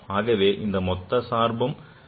ஆகவே இந்த மொத்த சார்பும் minus 1 maximally negative